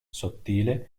sottile